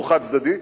הם חד-צדדיים.